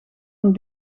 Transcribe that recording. een